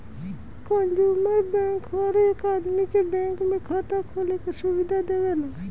consumer bank हर एक आदमी के बैंक में खाता खोले के सुविधा देवेला